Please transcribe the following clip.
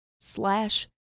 slash